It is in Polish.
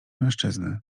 mężczyzny